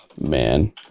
Man